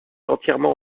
entièrement